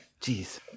Jeez